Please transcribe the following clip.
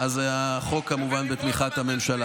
אז החוק כמובן בתמיכת הממשלה.